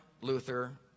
Luther